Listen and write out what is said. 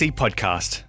podcast